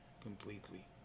completely